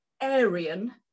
Aryan